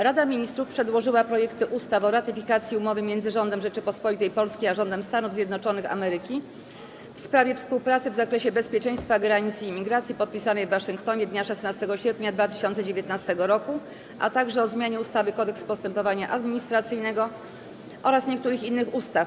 Rada Ministrów przedłożyła projekty ustaw: - o ratyfikacji Umowy między Rządem Rzeczypospolitej Polskiej a Rządem Stanów Zjednoczonych Ameryki w sprawie współpracy w zakresie bezpieczeństwa granic i imigracji, podpisanej w Waszyngtonie dnia 16 sierpnia 2019 r., - o zmianie ustawy Kodeks postępowania administracyjnego oraz niektórych innych ustaw.